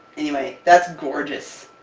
anyway, that's gorgeous!